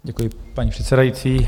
Děkuji, paní předsedající.